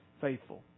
faithful